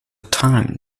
time